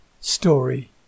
story